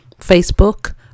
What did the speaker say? Facebook